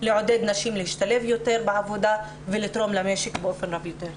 לעודד נשים להשתלב יותר בעבודה ולתרום למשק באופן רב יותר.